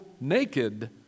naked